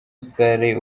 ukuriye